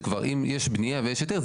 שאם כבר יש בנייה ויש היתר,